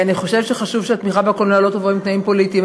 אני חושב שחשוב שהתמיכה בקולנוע לא תבוא עם תנאים פוליטיים.